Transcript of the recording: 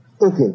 Okay